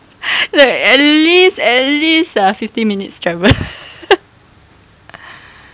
like at least at least ah fifty minutes travel